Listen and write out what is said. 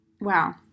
Wow